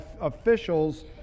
officials